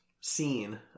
scene